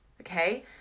okay